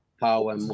Power